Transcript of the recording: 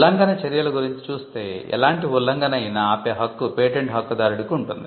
ఉల్లంఘన చర్యల గురించి చూస్తే ఎలాంటి ఉల్లంఘన అయినా ఆపే హక్కు పేటెంట్ హక్కు దారుడికి ఉంటుంది